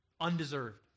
Undeserved